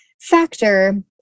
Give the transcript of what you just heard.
factor